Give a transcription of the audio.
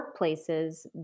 workplaces